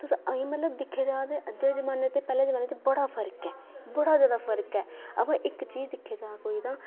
तुस मतलब दिक्खेआ जा तां अज्ज दे ज़माने ते पराने ज़माने च बड़ा फर्क ऐ बड़ा ज्यादा फर्क ऐ अबा इक चीज़ दिक्खी जा ते तां